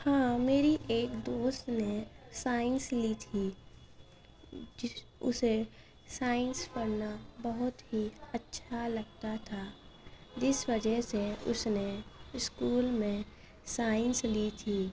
ہاں میری ایک دوست نے سائنس لی تھی اسے سائنس پڑھنا بہت ہی اچّھا لگتا تھا جس وجہ سے اس نے اسکول میں سائنس لی تھی